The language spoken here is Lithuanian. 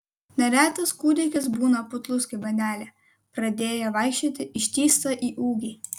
neretas kūdikis būna putlus kaip bandelė pradėję vaikščioti ištįsta į ūgį